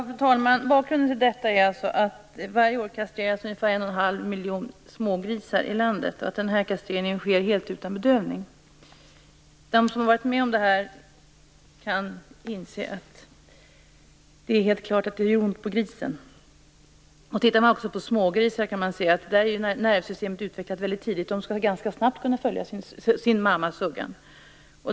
Fru talman! Bakgrunden är alltså att det varje år kastreras ungefär 11⁄2 miljon smågrisar i landet. Kastreringen sker helt utan bedövning. Hos smågrisar är nervsystemet utvecklat väldigt tidigt.